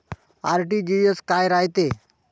RTGS काय रायते?